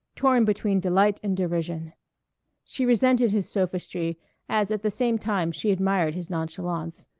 torn between delight and derision she resented his sophistry as at the same time she admired his nonchalance.